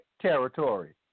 territory